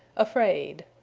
afraid.